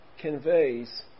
conveys